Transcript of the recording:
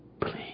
Please